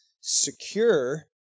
secure